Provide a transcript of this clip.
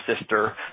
sister